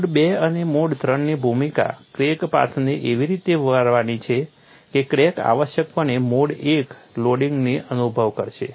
mode II અને mode III ની ભૂમિકા ક્રેક પાથને એવી રીતે વાળવાની છે કે ક્રેક આવશ્યકપણે મોડ I લોડિંગનો અનુભવ કરશે